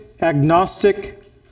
agnostic